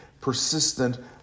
persistent